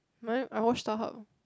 my I watch Starhub